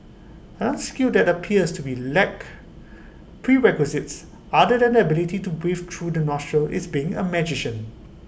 another skill that appears to be lack prerequisites other than the ability to breathe through the nostrils is being A magician